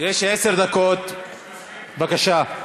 יש עשר דקות, בבקשה.